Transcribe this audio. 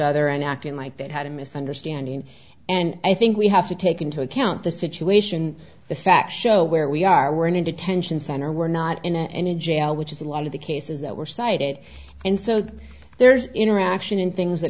other and acting like they had a misunderstanding and i think we have to take into account the situation the facts show where we are we're in a detention center we're not in any jail which is a lot of the cases that were cited and so there's interaction and things that